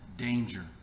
danger